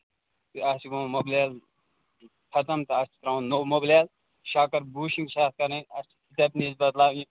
ہے اَتھ چھُ گوٚمُت مُبلیل ختٕم تہٕ اَتھ چھِ ترٛاوُن نوٚو مُبلیل شاکَر بوٗشِنٛگ چھِ اَتھ کَرٕنۍ اَتھ چھِ سِٹیپنی بَدلاوٕنۍ